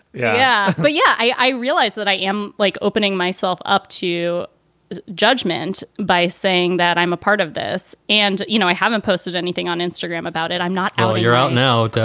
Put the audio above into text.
yeah. but yeah, i, i realized that i am like opening myself up to judgment by saying that i'm a part of this. and you know, i haven't posted anything on instagram about it. i'm not. you're out now.